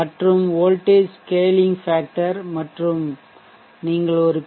மற்றும் voltage scaling factor மற்றும் நீங்கள் ஒரு பி